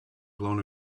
blown